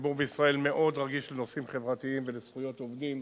הציבור בישראל מאוד רגיש לנושאים חברתיים ולזכויות עובדים,